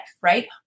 right